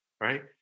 right